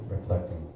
reflecting